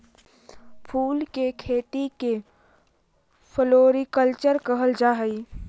फूल के खेती के फ्लोरीकल्चर कहल जा हई